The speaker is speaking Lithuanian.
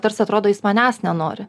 tarsi atrodo jis manęs nenori